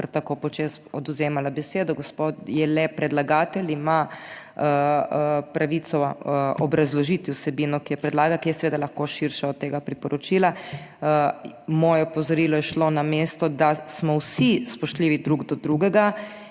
tako počez odvzemala besedo, gospod je le predlagatelj, ima pravico obrazložiti vsebino, ki je predlagan, ki je seveda lahko širša od tega priporočila. Moje opozorilo je šlo namesto, da smo vsi spoštljivi drug do drugega